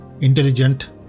intelligent